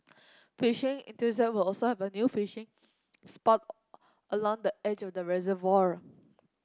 fishing will also have a new fishing spot along the edge of the reservoir